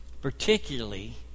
Particularly